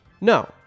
No